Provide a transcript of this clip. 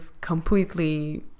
completely